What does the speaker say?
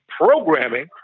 programming